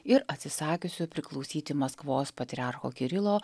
ir atsisakiusių priklausyti maskvos patriarcho kirilo